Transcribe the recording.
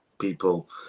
people